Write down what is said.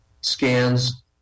scans